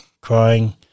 crying